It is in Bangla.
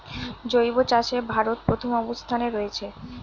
জৈব চাষে ভারত প্রথম অবস্থানে রয়েছে